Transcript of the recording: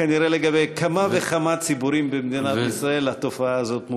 כנראה לגבי כמה וכמה ציבורים במדינת ישראל התופעה הזאת מוכרת.